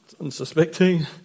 unsuspecting